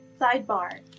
Sidebar